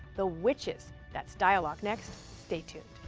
the witches. that's dialogue, next. stay tuned.